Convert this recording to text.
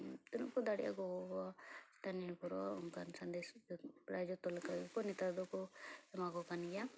ᱛᱤᱱᱟᱹᱜ ᱠᱚ ᱫᱟᱲᱮᱭᱟᱜ ᱜᱳ ᱵᱟᱵᱟ ᱪᱮᱛᱟᱱ ᱱᱤᱨᱵᱷᱚᱨᱚᱼᱟ ᱚᱱᱠᱟᱱ ᱥᱟᱸᱫᱮᱥ ᱡᱚᱛᱚ ᱠᱚ ᱱᱮᱛᱟᱨ ᱫᱚᱠᱚ ᱮᱢᱟᱠᱚ ᱠᱟᱱ ᱜᱮᱭᱟ